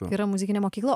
yra muzikinė mokykla